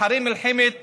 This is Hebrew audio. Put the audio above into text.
אחרי מלחמת